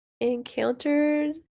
encountered